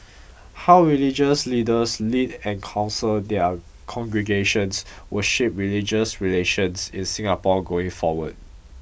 how religious leaders lead and counsel their congregations will shape religious relations in Singapore going forward